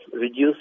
reduce